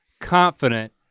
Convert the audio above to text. confident